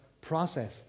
process